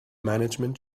management